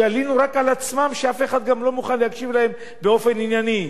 שילינו רק על עצמם שאף אחד גם לא מוכן להקשיב להם באופן ענייני.